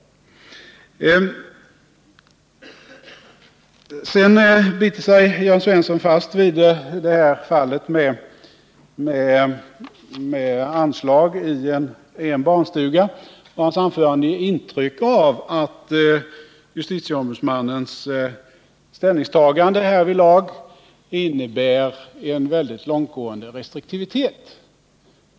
Sedan biter sig Jörn Svensson fast vid det här fallet med anslag i en barnstuga. Hans anförande gav intryck av att justitieombudsmannens ställningstagande härvidlag innebär en mycket långtgående restriktivitet.